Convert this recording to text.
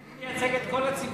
אני מייצג את כל הציבור.